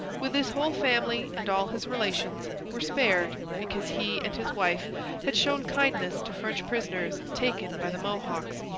with his whole family and all his relations, were spared because he and his wife had shown kindness to french prisoners taken by the mohawks.